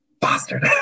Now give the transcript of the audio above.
Bastard